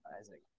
Isaac